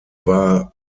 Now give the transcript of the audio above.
war